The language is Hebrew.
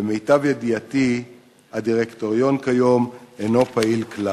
למיטב ידיעתי הדירקטוריון כיום אינו פעיל כלל.